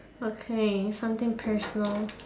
okay something personal